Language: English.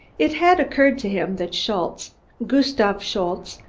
it had occurred to him that schultze gustave schultze,